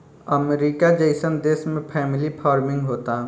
अमरीका जइसन देश में फैमिली फार्मिंग होता